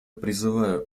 призываю